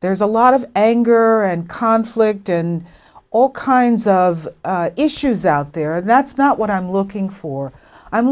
there's a lot of anger and conflict and all kinds of issues out there that's not what i'm looking for i'm